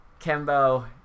Kembo